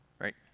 right